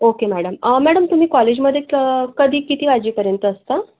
okay madam madam तुम्ही कॉलेजमध्येच कधी किती वाजेपर्यंत असता